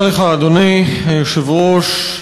אדוני היושב-ראש,